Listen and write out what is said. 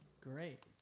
Great